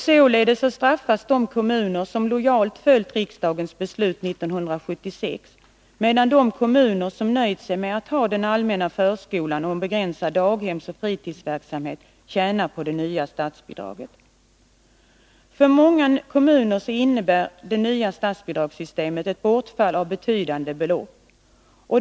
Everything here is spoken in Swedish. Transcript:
Således straffas de kommuner som lojalt följt riksdagens beslut år 1976, medan de kommuner som nöjt sig med att ha den allmänna förskolan och en begränsad daghemsoch fritidshemsverksamhet tjänar på det nya statsbidraget. För många kommuner innebär det nya statsbidragssystemet ett bortfall av betydande belopp.